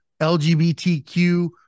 LGBTQ